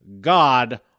God